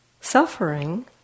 suffering